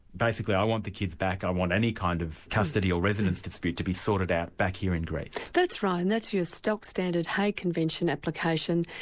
basically, i want the kids back, i want any kind of custody or residence dispute to be sorted out back here in greece. that's right. and that's your stock, standard hague convention application.